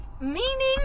Meaning